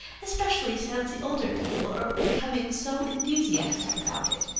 especially since the older people are becoming so enthusiastic about it.